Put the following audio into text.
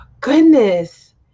Goodness